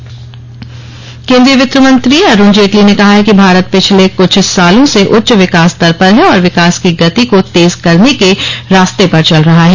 विकास केंद्रीय वित्त मंत्री अरूण जेटली ने कहा है कि भारत पिछले कुछ सालों से उच्च विकास दर पर है और विकास की गति को तेज करने के रास्ते पर चल रहा है